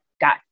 got